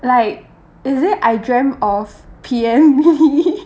like yesterday I dreamt of P_M lee